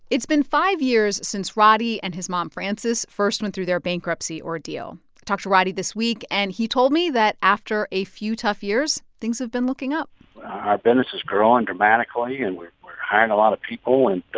it's been five years since roddey and his mom, frances, first went through their bankruptcy ordeal. i talked to roddey this week, and he told me that after a few tough years, things have been looking up our business is growing dramatically, and we're we're hiring a lot of people. and